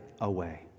away